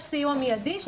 יש סיוע מיידי,